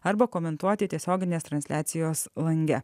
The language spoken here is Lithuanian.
arba komentuoti tiesioginės transliacijos lange